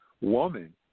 woman